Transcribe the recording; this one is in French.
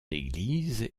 église